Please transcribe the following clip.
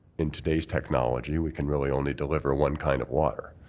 in today's technology we can really only deliver one kind of water.